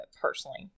personally